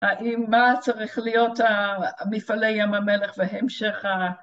האם מה צריך להיות ה..מפעלי ים המלך והמשך ה..